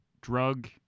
drug